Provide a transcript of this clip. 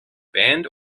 banned